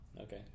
Okay